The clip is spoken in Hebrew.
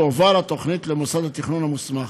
תועבר התוכנית למוסד התכנון המוסמך,